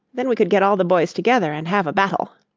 then we could get all the boys together and have a battle.